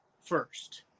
first